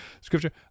scripture